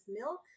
milk